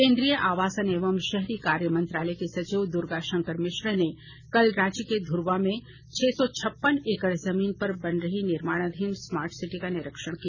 केंद्रीय आवासन एवं शहरी कार्य मंत्रालय के सचिव दुर्गा शंकर मिश्र ने कल रांची के धुर्वा में छह सौ छप्पन एकड़ जमीन पर बन रही निर्माणाधीन स्मार्टसिटी का निरीक्षण किया